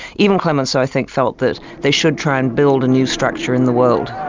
even clemenceau i think felt that they should try and build a new structure in the world.